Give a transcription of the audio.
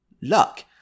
luck